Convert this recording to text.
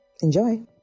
Enjoy